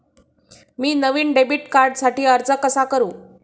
मी नवीन डेबिट कार्डसाठी अर्ज कसा करू?